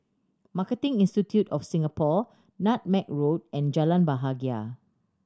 Marketing Institute of Singapore Nutmeg Road and Jalan Bahagia